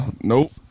nope